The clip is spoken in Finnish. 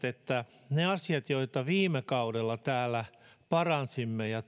että niitä asioita joita viime kaudella täällä paransimme ja